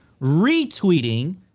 retweeting